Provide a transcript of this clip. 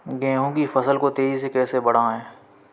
गेहूँ की फसल को तेजी से कैसे बढ़ाऊँ?